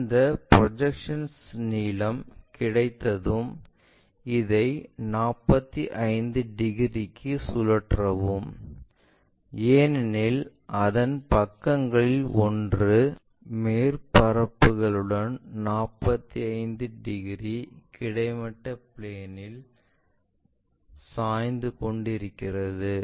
அந்த ப்ரொஜெக்ஷன்ஸ் நீளம் கிடைத்ததும் இதை 45 டிகிரிக்கு சுழற்றவும் ஏனெனில் அதன் பக்கங்களில் ஒன்று மேற்பரப்புகளுடன் 45 டிகிரி கிடைமட்ட பிளேன் இல் சாய்ந்து கொண்டிருக்கிறது